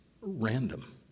random